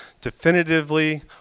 definitively